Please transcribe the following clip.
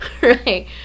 Right